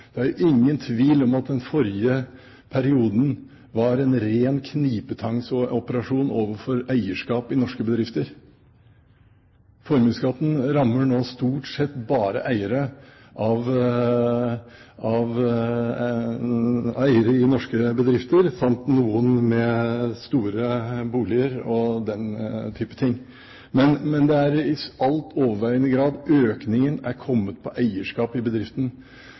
den forrige perioden var en ren knipetangsoperasjon overfor eierskap i norske bedrifter. Formuesskatten rammer nå stort sett bare eiere i norske bedrifter samt noen med store boliger og den type ting. Men i overveiende grad er økningen kommet på eierskap i bedriften.